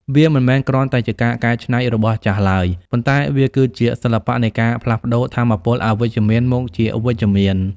វាមិនមែនគ្រាន់តែជាការកែច្នៃរបស់ចាស់ឡើយ ប៉ុន្តែវាគឺជាសិល្បៈនៃការផ្លាស់ប្តូរថាមពលអវិជ្ជមានមកជាវិជ្ជមាន។